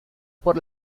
por